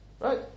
Right